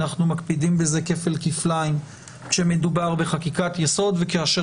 אנחנו מקפידים בזה כפל כפליים כשמדובר בחקיקת יסוד וכאשר